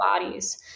bodies